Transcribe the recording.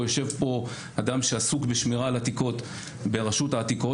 יושב פה אדם שעסוק בשמירה על עתיקות ברשות העתיקות,